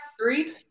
Three